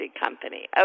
Company